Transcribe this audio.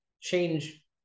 change